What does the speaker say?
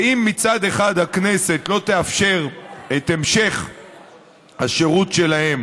ואם מצד אחד הכנסת לא תאפשר את המשך השירות שלהם